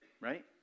right